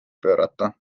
pöörata